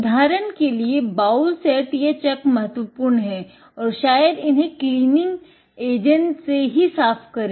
उदाहरन के लिए बाउल सेट या चक महत्वपूर्ण है और शायद इन्हें क्लीनिंग एजेंट से साफ़ करे